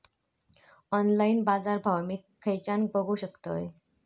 Online बाजारभाव मी खेच्यान बघू शकतय?